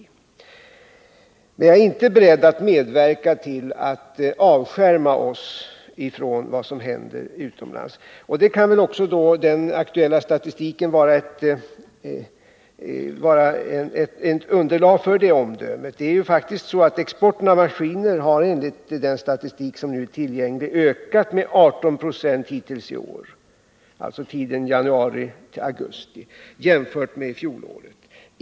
Men jag är inte beredd att medverka till att avskärma oss från vad som händer utomlands. Den aktuella statistiken kan vara ett gott underlag för det omdömet. Enligt den statistik som nu är tillgänglig har exporten av maskiner under tiden januari till augusti i år ökat med 18 20 jämfört med motsvarande tid förra året.